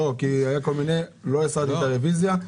לא הסרתי את הרוויזיה.